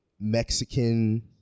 mexican